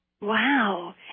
Wow